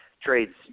trades